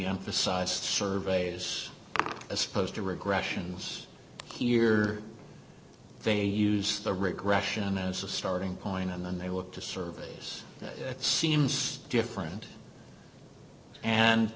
emphasized surveys a supposed to regressions here they use the regression as a starting point and then they look to surveys that seems different and